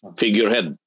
figurehead